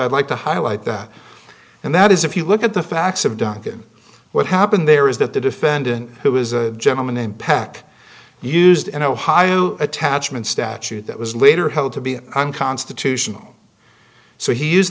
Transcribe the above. i'd like to highlight that and that is if you look at the facts of duncan what happened there is that the defendant who is a gentleman in pack used in ohio attachment statute that was later held to be unconstitutional so he used